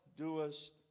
doest